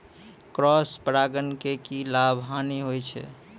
Cross परागण के की लाभ, हानि होय छै?